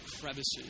crevices